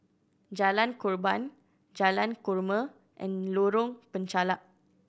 Jalan Korban Jalan Korma and Lorong Penchalak